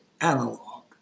analog